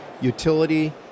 utility